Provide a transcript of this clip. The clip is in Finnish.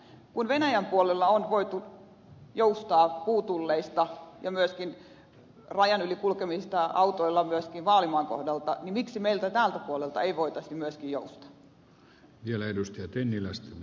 kun venäjän puolella on voitu joustaa puutulleista ja myöskin rajan yli kulkemisesta autoilla myöskin vaalimaan kohdalta niin miksi meillä tällä puolella ei voitaisi myöskin joustaa